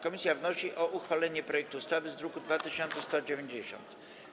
Komisja wnosi o uchwalenie projektu ustawy z druku nr 2190.